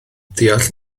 deall